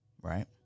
Right